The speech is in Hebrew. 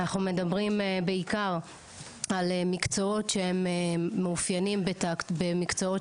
אנחנו מדברים בעיקר על מקצועות שהם מאופיינים במקצועות